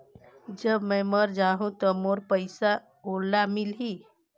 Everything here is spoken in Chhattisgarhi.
जब मै मर जाहूं तो मोर पइसा ओला मिली?